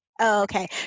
Okay